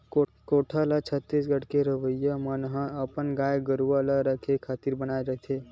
कोठा ल छत्तीसगढ़ के रहवइया मन ह अपन गाय गरु ल रखे खातिर बनाथे